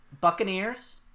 Buccaneers